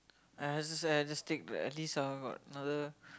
!aiya! just !aiya! just take the at least I got another